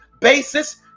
basis